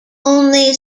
only